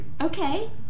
Okay